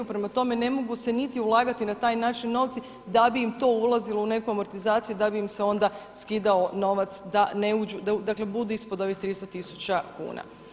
Prema tome, ne mogu se niti ulagati na taj način novci da bi im to ulazilo u neku amortizaciju, da bi im se onda skidao novac da ne uđu, da budu dakle ispod ovih 300 tisuća kuna.